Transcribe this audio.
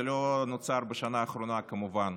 זה לא נוצר בשנה האחרונה, כמובן.